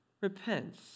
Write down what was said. repents